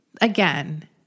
Again